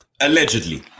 allegedly